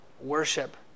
worship